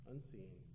Unseen